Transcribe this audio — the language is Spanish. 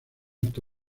tour